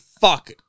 fuck